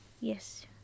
Yes